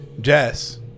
Jess